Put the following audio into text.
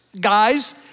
guys